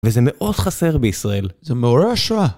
וזה מאוד חסר בישראל, זה מעורר השראה.